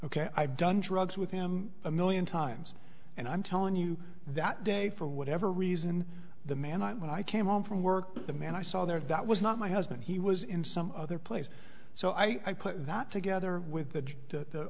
ok i've done drugs with him a million times and i'm telling you that day for whatever reason the man when i came home from work the man i saw there that was not my husband he was in some other place so i put that together with the